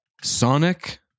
Sonic